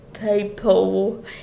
people